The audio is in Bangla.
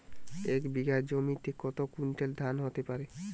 এক বিঘা জমিতে কত কুইন্টাল ধান হতে পারে?